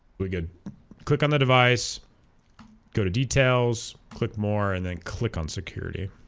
we could click on the device go to details click more and then click on security